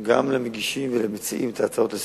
גם למגישים ולמציעים את ההצעות לסדר-היום,